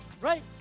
Right